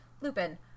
Lupin